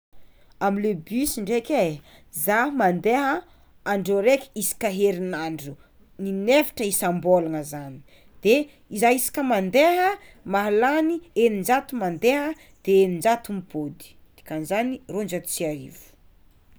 Amle bus ndraiky zah mandeha andro araiky isaka herignandro in'efatra isam-bôlagna de izah isaka mandeha eninjato mandeha de enijato mipôdy dikan'izany roanjato sy arivo.